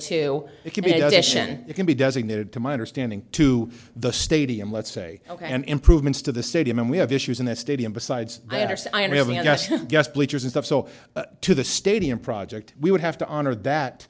decision it can be designated to my understanding to the stadium let's say ok and improvements to the stadium and we have issues in the stadium besides there so i am having i guess bleachers and stuff so to the stadium project we would have to honor that